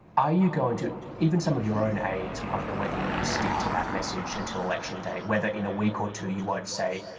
are you going to even some of your own aides wonder whether you would stick to that message until election day, whether in a week or two, you won't say,